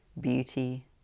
beauty